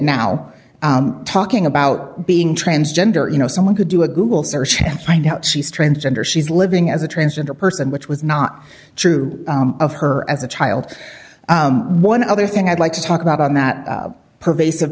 now talking about being transgender you know someone could do a google search and find out she's transgender she's living as a transgender person which was not true of her as a child one other thing i'd like to talk about on that pervasive